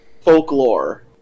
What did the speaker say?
folklore